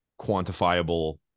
quantifiable